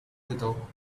little